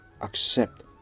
accept